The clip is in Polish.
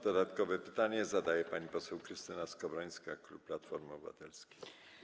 Dodatkowe pytanie zadaje pani poseł Krystyna Skowrońska, klub Platforma Obywatelska.